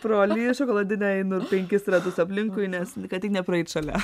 pro ali šokoladinę einu penkis ratus aplinkui nes kad tik nepraeit šalia